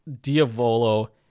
Diavolo